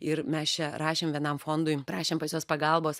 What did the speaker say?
ir mes čia rašėm vienam fondui prašėm pas juos pagalbos